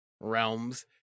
realms